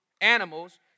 animals